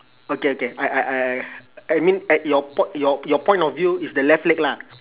okay okay I I I I I mean I your po~ your your point of view is the left leg lah